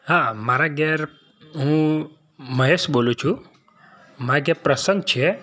હા મારા ઘરે હું મહેશ બોલું છું માર ઘરે પ્રસંગ છે